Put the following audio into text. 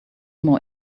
more